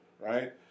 Right